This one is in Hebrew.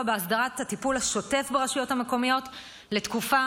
בהסדרת הטיפול השוטף ברשויות המקומיות לתקופה